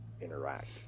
interact